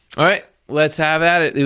all right, let's have at it.